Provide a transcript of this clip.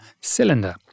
cylinder